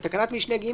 תקנת משנה (ג),